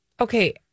Okay